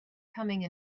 coming